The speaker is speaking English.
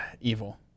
Evil